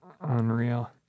Unreal